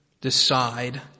decide